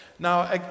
Now